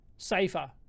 safer